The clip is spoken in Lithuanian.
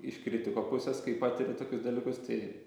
iš kritiko pusės kai patiri tokius dalykus tai